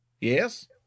yes